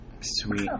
sweet